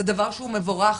זה דבר שהוא מבורך.